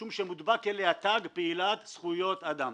משום שמודבק אליה תג "פעילת זכויות אדם".